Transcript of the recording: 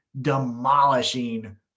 demolishing